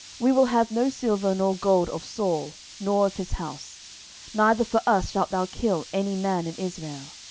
we will have no silver nor gold of saul, nor of his house neither for us shalt thou kill any man in israel.